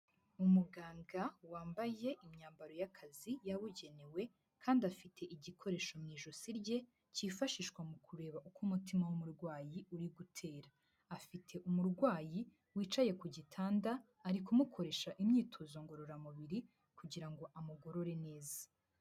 Umuganga wambaye imyambaro y'akazi yabugenewe kandi afite igikoresho mu ijosi rye, cyifashishwa mu kureba uko umutima w'umurwayi uri gutera. Afite umurwayi wicaye ku gitanda, ari kumukoresha imyitozo ngororamubiri kugira ngo amugorore neza.